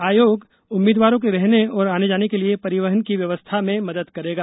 आयोग उम्मीदवारों के रहने और आने जाने के लिए परिवहन की व्यवस्था में मदद करेगा